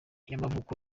y’amavuko